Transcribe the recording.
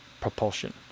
propulsion